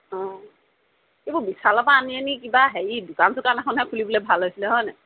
অঁ এইবোৰ বিশালৰ পৰা আনি আনি কিবা হেৰি দোকান চোকান এখনহে খুলিবলৈহে ভাল হৈছিলে হয়নে